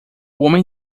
homem